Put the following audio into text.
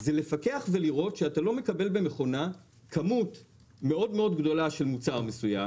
זה לפקח ולראות שאתה לא מקבל במכונה כמות מאוד גדולה של מוצר מסוים